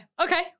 Okay